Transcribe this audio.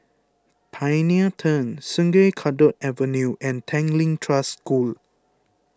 Pioneer Turn Sungei Kadut Avenue and Tanglin Trust School